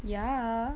ya